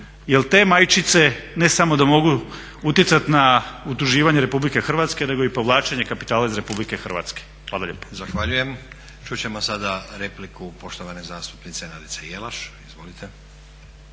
jel te majčice ne samo da mogu utjecati na utuživanje RH nego i povlačenje kapitala iz RH. Hvala lijepo. **Stazić, Nenad (SDP)** Zahvaljujem. Čut ćemo sada repliku poštovane zastupnice Nadice Jelaš. Izvolite.